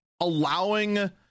allowing